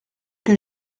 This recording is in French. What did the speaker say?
que